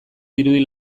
dirudi